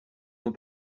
nous